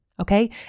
okay